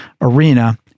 arena